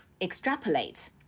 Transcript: extrapolate